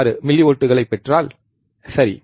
6 மில்லிவோல்ட்களைப் பெற்றால் சரி